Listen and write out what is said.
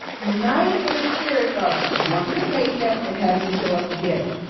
united in the spirit of wanting a paycheck and having to show up to get it.